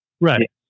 right